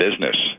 business